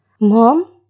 Mom